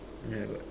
yeah I got